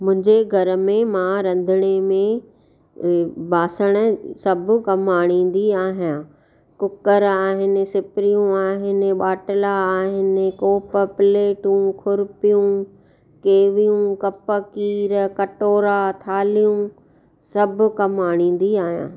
मुंहिजे घर में मां रंधिणे में ॿासण सभु कमु आणींदी आहियां कूकर आहिनि सिपरियूं आहिनि बाटिला आहिनि कोप प्लेटूं खुरपियूं केवियूं कप कीर कटोरा थालियूं सभु कमु आणींदी आहियां